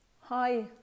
Hi